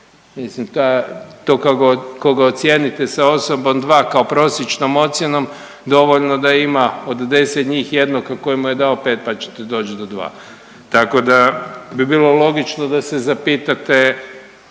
Mislim to koga ocijenite sa osobom dva kao prosječnom ocjenom dovoljno da ima od 10 njih jednog koji mu je dao pet, pa ćete doći do dva. Tako da bi bilo logično da se zapitate